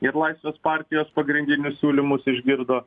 ir laisvės partijos pagrindinius siūlymus išgirdo